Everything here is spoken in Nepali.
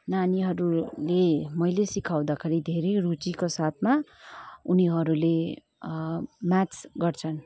नानीहरूले मैले सिकाउँदाखेरि धेरै रुचिको साथमा उनीहरूले म्याथ्स गर्छन्